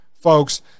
Folks